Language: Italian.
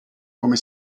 come